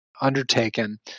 undertaken